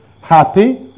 happy